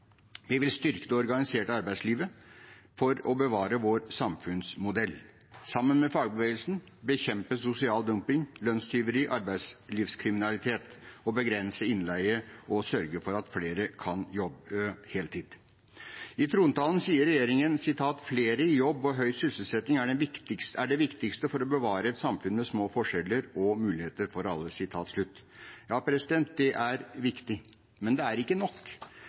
Vi vil styrke det organiserte arbeidslivet for å bevare vår samfunnsmodell. Sammen med fagbevegelsen vil vi bekjempe sosial dumping, lønnstyveri og arbeidslivskriminalitet og begrense innleie og sørge for at flere kan jobbe heltid. I trontalen sier regjeringen: «Flere jobber og høy sysselsetting er det viktigste for å bevare et samfunn med små forskjeller og muligheter for alle.» Ja, det er viktig, men det er ikke nok.